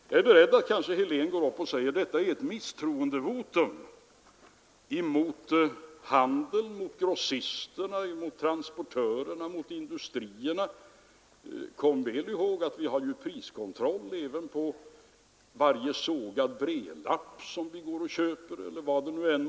Jag är beredd på att herr Helén går upp i talarstolen och säger att detta är Nr 15 ett misstroendevotum mot handeln, grossisterna, transportörerna och Onsdagen den industrierna. Men kom väl ihåg att vi har priskontroll även på varje sågad 30 januari 1974 brädlapp som vi köper.